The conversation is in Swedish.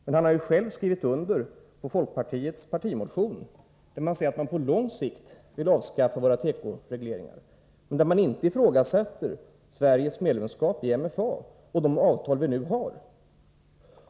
Men han har själv skrivit under folkpartiets partimotion, där det sägs att man på lång sikt vill avskaffa våra tekoregleringar men där man inte ifrågasätter Sveriges medlemskap i MFA och de avtal vi nu har.